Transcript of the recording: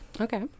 Okay